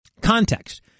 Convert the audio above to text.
Context